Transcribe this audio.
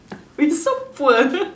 we so poor